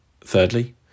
Thirdly